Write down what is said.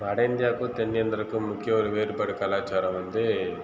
வட இந்தியாவுக்கும் தென்னிந்தியாவுக்கும் முக்கிய ஒரு வேறுபாடு கலாச்சாரம் வந்து